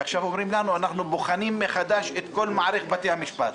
ועכשיו אומרים לנו: אנחנו בוחנים מחדש את כל מערכת בתי המשפט.